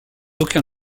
aucun